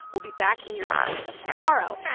we'll be back in your feeds tomorrow.